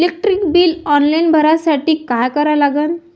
Electric bill online भरासाठी का करा लागन?